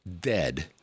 dead